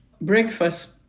breakfast